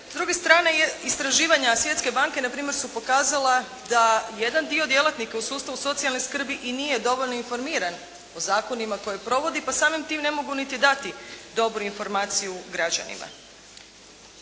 S druge strane, istraživanja Svjetske banke na primjer su pokazala da jedan dio djelatnika u sustavu socijalne skrbi i nije dovoljno informiran o zakonima koje provodi pa samim time ne mogu niti dati dobru informaciju građanima.